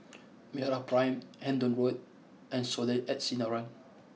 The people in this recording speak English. MeraPrime Hendon Road and Soleil at Sinaran